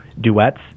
duets